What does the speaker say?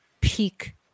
peak